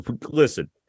listen